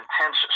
intense